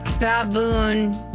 Baboon